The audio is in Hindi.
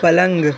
पलंग